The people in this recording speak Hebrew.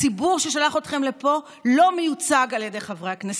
הציבור ששלח אתכם לפה לא מיוצג על ידי חברי הכנסת,